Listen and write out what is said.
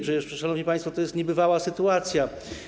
Przecież, szanowni państwo, to jest niebywała sytuacja.